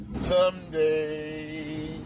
Someday